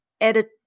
edit